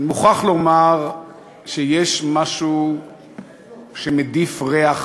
אני מוכרח לומר שיש משהו שמדיף ריח